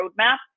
Roadmap